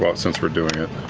ah since we're doing it.